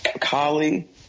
Kali –